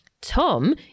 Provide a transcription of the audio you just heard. Tom